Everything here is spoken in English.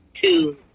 two